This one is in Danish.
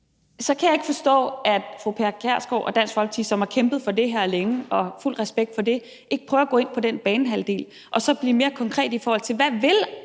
så kan jeg ikke forstå, at fru Pia Kjærsgaard og Dansk Folkeparti, som har kæmpet for det her længe – og fuld respekt for det – ikke prøver at gå ind på den banehalvdel og så blive mere konkret, i forhold til hvad